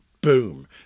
boom